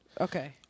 Okay